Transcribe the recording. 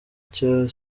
cya